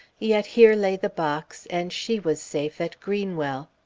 yet here lay the box, and she was safe at greenwell!